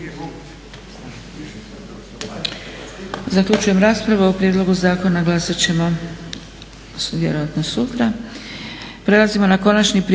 Zaključujem raspravu. O prijedlogu zakona glasat ćemo vjerojatno sutra.